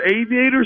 aviators